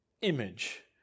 image